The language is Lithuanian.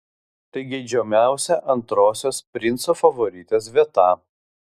tai geidžiamiausia antrosios princo favoritės vieta